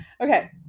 Okay